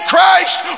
Christ